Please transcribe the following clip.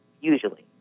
usually